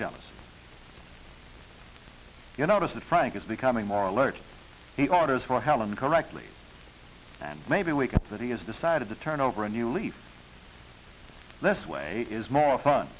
jealous you notice that frank is becoming more alert he orders for helen correctly and maybe we get that he has decided to turn over a new leaf this way is more fun